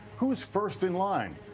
who's first in line?